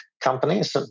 companies